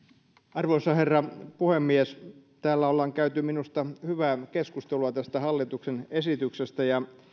arvoisa herra puhemies täällä ollaan käyty minusta hyvää keskustelua tästä hallituksen esityksestä ja